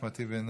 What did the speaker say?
אחמד טיבי,